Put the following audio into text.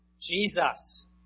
Jesus